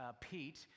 Pete